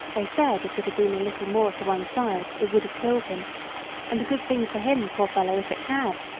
they said if it had been a little more to one side it would have killed him and a good thing for him, poor fellow, if it had.